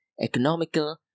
economical